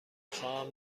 خواهم